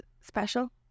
special